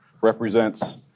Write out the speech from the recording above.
represents